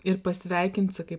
ir pasveikint sakai